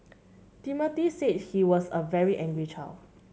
Timothy said he was a very angry child